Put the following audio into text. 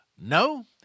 No